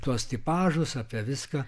tuos tipažus apie viską